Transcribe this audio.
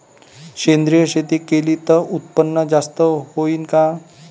सेंद्रिय शेती केली त उत्पन्न जास्त होईन का?